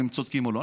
אם הם צודקים או לא.